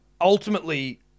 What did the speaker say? ultimately